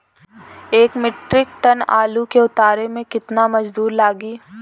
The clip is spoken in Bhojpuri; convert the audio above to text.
एक मित्रिक टन आलू के उतारे मे कितना मजदूर लागि?